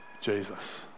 Jesus